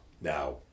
now